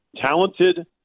talented